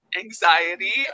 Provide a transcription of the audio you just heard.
anxiety